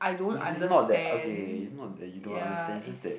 is is not that okay is not that you don't understand is just that